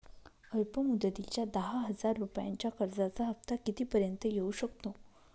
अल्प मुदतीच्या दहा हजार रुपयांच्या कर्जाचा हफ्ता किती पर्यंत येवू शकतो?